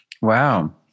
Wow